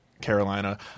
carolina